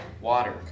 Water